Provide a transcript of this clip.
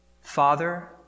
Father